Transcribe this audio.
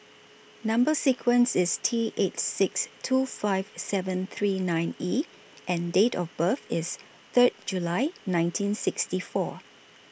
Number sequence IS T eight six two five seven three nine E and Date of birth IS Third July nineteen sixty four